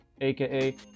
aka